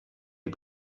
die